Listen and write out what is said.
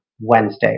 Wednesday